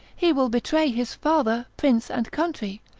he will betray his father, prince, and country,